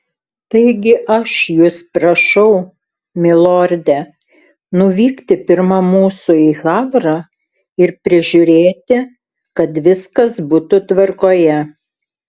taigi aš jus prašau milorde nuvykti pirma mūsų į havrą ir prižiūrėti kad viskas būtų tvarkoje